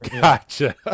Gotcha